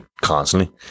constantly